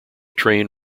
train